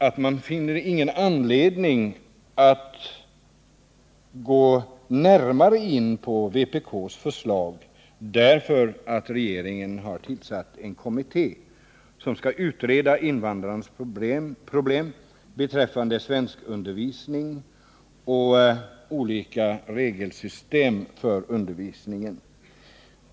Utskottet finner ingen anledning att gå närmare in på vpk:s förslag, därför att regeringen har tillsatt en kommitté som skall utreda invandrarnas problem beträffande svenskundervisning och olika regelsystem för undervisningen.